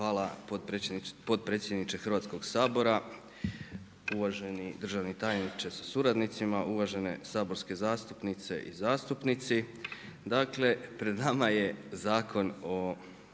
Hvala potpredsjedniče Hrvatskog sabora, uvaženi državni tajniče sa suradnicima, uvažene saborske zastupnice i zastupnici. Dakle, pred vama je Zakon o